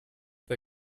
the